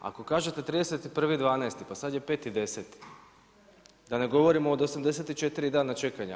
Ako kažete 31.12., pa sad je 5.10., da ne govorimo od 84 dana čekanja.